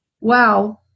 wow